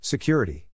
Security